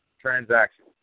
transaction